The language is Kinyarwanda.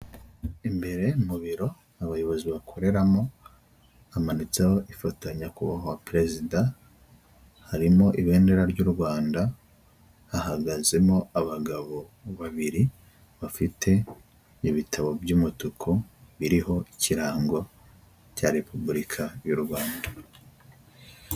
Umuhanda ni igikorwaremezo gifasha abantu bose mu buzima bwabo bwa buri munsi turavuga abamotari, imodoka ndetse n'abandi bantu bawukoresha mu buryo busanzwe burabafasha mu bikorwa byabo bya buri munsi.